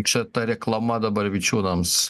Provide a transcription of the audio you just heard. čia ta reklama dabar vičiūnams